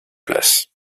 place